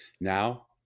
now